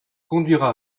conduira